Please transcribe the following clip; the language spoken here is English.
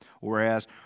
Whereas